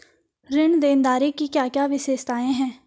ऋण देनदारी की क्या क्या व्यवस्थाएँ हैं?